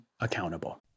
accountable